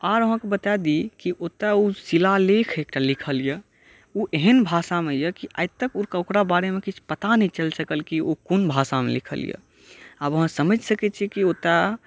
आर अहाँके बता दी कि ओतय ओ शिलालेख एकटा लिखल अछि ओ एहन भाषामे अछि कि आइतक ओकरा बारेमे पता नहि चलि सकल कि ओ कोन भाषामे लिखल अछि आब अहाँ समझि सकै छी जे ओतय